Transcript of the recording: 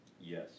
Yes